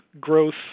growth